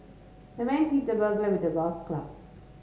the man hit the burglar with a golf club